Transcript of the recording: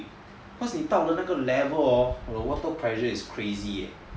cause 你到了那个 level hor the water pressure is crazy eh